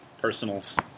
personals